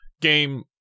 Game